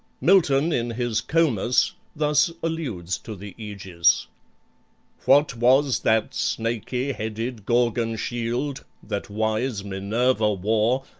milton, in his comus, thus alludes to the aegis what was that snaky-headed gorgon-shield that wise minerva wore,